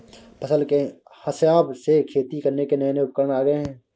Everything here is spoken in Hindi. फसल के हिसाब से खेती करने के नये नये उपकरण आ गये है